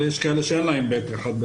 אבל יש כאלה שאין להם ב1.